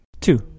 Two